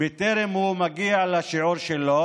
בטרם הוא מגיע לשיעור שלו.